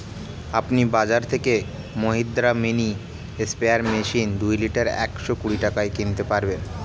আপনি বাজর থেকে মহিন্দ্রা মিনি স্প্রেয়ার মেশিন দুই লিটার একশো কুড়ি টাকায় কিনতে পারবেন